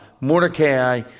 mordecai